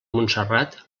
montserrat